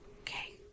Okay